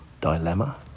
Dilemma